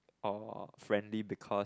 or friendly because